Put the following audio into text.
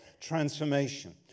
transformation